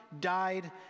died